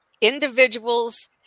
individuals